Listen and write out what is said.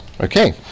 okay